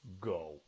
go